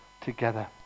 together